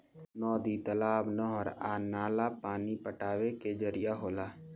नदी, तालाब, नहर आ नाला पानी पटावे के जरिया होला